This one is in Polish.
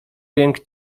jęk